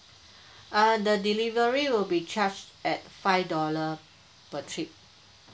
uh the delivery will be charged at five dollar per trip